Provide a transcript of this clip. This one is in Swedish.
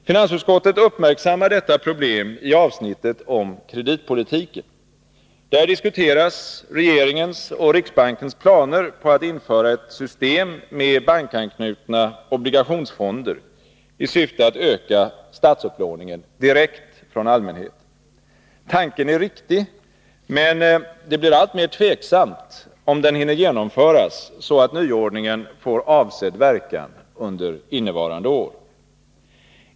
Finansutskottet uppmärksammar detta problem i avsnittet om kreditpolitiken. Där diskuteras regeringens och riksbankens planer på att införa ett system med bankanknutna obligationsfonder i syfte att öka statsupplåningen direkt från allmänheten. Tanken är riktig, men det blir alltmer tvivelaktigt, om den hinner genomföras, så att nyordningen får avsedd verkan under innevarande år.